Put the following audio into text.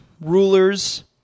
rulers